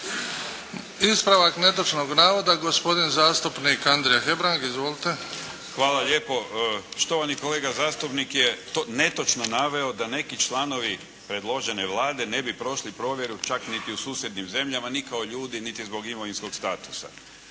Ispravak netočnog navoda gospodin Andrija Hebrang. Izvolite. **Hebrang, Andrija (HDZ)** Hvala lijepo. Štovani kolega zastupnik je netočno naveo da neki članovi predložene Vlade ne bi prošli provjeru čak niti u susjednim zemljama ni kao ljudi niti zbog imovinskog statusa.